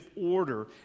order